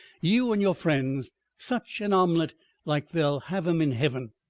you and your friends such an omelet like they'll have em in heaven!